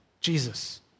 Jesus